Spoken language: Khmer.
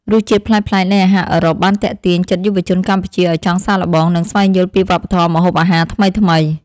រសជាតិប្លែកៗនៃអាហារអឺរ៉ុបបានទាក់ទាញចិត្តយុវជនកម្ពុជាឱ្យចង់សាកល្បង និងស្វែងយល់ពីវប្បធម៌ម្ហូបអាហារថ្មីៗ។